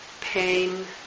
pain